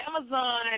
Amazon